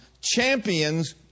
champions